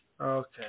Okay